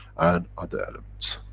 and other elements.